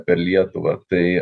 per lietuvą tai